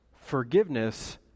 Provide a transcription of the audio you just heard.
Forgiveness